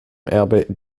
erbe